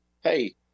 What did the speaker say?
hey